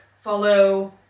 follow